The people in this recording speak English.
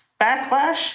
backlash